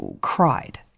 cried